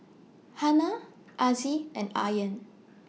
Hana Aziz and Aryan